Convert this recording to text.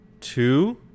two